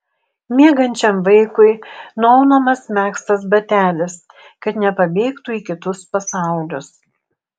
miegančiam vaikui nuaunamas megztas batelis kad nepabėgtų į kitus pasaulius